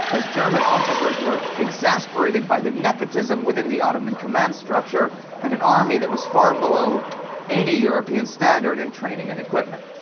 as german officers were exasperated by the nepotism within the ottoman command structure and an army that was far below any european standard in training and equipment.